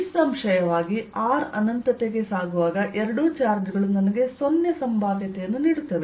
ನಿಸ್ಸಂಶಯವಾಗಿ r ಅನಂತತೆಗೆ ಸಾಗುವಾಗ ಎರಡೂ ಚಾರ್ಜ್ ಗಳು ನನಗೆ 0 ಸಂಭಾವ್ಯತೆಯನ್ನು ನೀಡುತ್ತವೆ